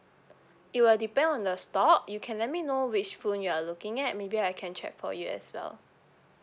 it will depend on the stock you can let me know which phone you're looking at maybe I can check for you as well